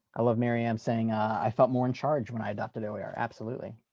i love miriam saying i felt more in charge when i adopted oer. absolutely.